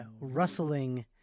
rustling